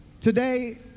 Today